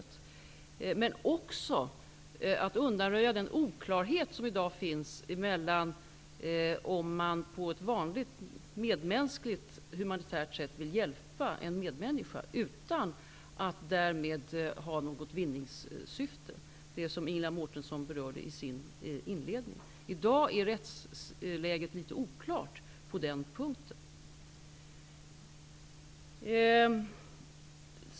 Det finns också anledning att undanröja den oklarhet som i dag finns om man på ett vanligt medmänskligt humanitärt sätt vill hjälpa en medmänniska, utan att därmed ha något vinningssyfte -- det som Ingela Mårtensson berörde i sin inledning. I dag är rättsläget på den punkten litet oklart.